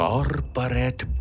Corporate